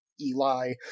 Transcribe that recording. eli